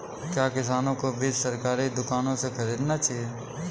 क्या किसानों को बीज सरकारी दुकानों से खरीदना चाहिए?